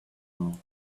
now